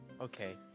okay